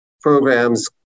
programs